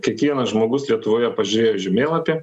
kiekvienas žmogus lietuvoje pažiūrėję į žemėlapį